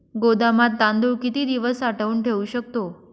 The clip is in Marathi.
गोदामात तांदूळ किती दिवस साठवून ठेवू शकतो?